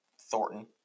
Thornton